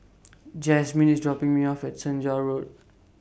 Jazmyn IS dropping Me off At Senja Road